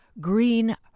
Green